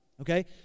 Okay